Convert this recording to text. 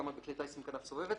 כמה בכלי טיס עם כנף סובבת,